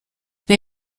they